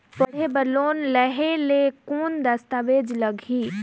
पढ़े बर लोन लहे ले कौन दस्तावेज लगही?